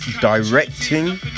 directing